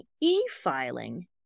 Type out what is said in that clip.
e-filing